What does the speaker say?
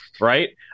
right